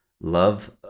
love